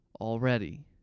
already